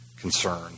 concern